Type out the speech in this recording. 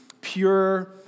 pure